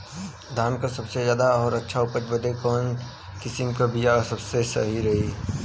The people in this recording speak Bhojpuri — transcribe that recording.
धान क सबसे ज्यादा और अच्छा उपज बदे कवन किसीम क बिया सही रही?